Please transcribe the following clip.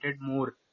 more